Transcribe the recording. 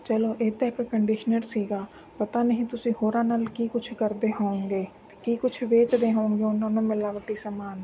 ਚਲੋ ਇਹ ਤਾਂ ਇੱਕ ਕੰਡੀਸ਼ਨਰ ਸੀਗਾ ਪਤਾ ਨਹੀਂ ਤੁਸੀਂ ਹੋਰਾਂ ਨਾਲ ਕੀ ਕੁਛ ਕਰਦੇ ਹੋਉਂਗੇ ਕੀ ਕੁਛ ਵੇਚਦੇ ਹੋਉਂਗੇ ਉਹਨਾਂ ਨੂੰ ਮਿਲਾਵਟੀ ਸਮਾਨ